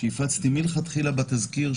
שהפצתי מלכתחילה בתזכיר,